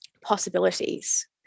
possibilities